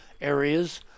areas